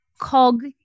cog